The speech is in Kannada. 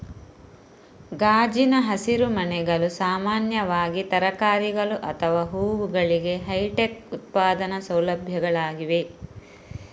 ಗಾಜಿನ ಹಸಿರುಮನೆಗಳು ಸಾಮಾನ್ಯವಾಗಿ ತರಕಾರಿಗಳು ಅಥವಾ ಹೂವುಗಳಿಗೆ ಹೈಟೆಕ್ ಉತ್ಪಾದನಾ ಸೌಲಭ್ಯಗಳಾಗಿವೆ